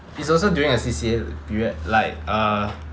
it's also during the C_C_A period like uh